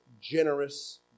generous